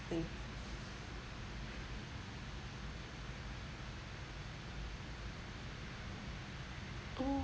mm oh